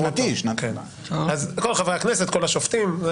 כל חברי הכנסת, כל השופטים.